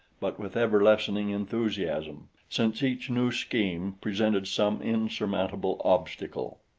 but with ever-lessening enthusiasm, since each new scheme presented some insurmountable obstacle.